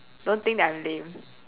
don't think that I am lame